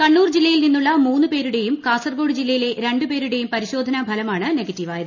കണ്ണൂർ ജില്ലയിൽ നിന്നുള്ള മൂന്ന് പേരുടേയും കാസർഗോഡ് ജില്ലയിലെ രണ്ടു പേരുടേയും പരിശോധനാ ഫലമാണ് നെഗറ്റീവായത്